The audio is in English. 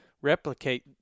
replicate